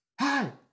hi